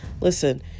Listen